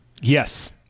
Yes